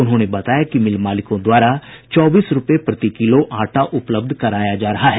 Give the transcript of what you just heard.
उन्होंने बताया कि मिल मालिकों द्वारा चौबीस रूपये प्रतिकिलो आटा उपलब्ध कराया जा रहा है